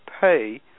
pay